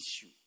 issue